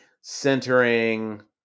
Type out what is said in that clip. centering